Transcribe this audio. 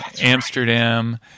Amsterdam